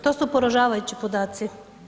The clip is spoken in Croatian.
To su poražavajući podaci.